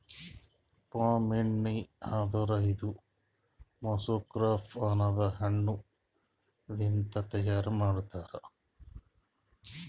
palm ಎಣ್ಣಿ ಅಂದುರ್ ಇದು ಮೆಸೊಕಾರ್ಪ್ ಅನದ್ ಹಣ್ಣ ಲಿಂತ್ ತೈಯಾರ್ ಮಾಡ್ತಾರ್